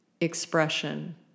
expression